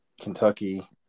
Kentucky